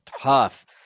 tough